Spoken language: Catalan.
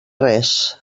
res